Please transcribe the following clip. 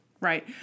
Right